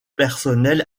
personnel